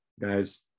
guys